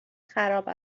خراب